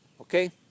Okay